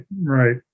right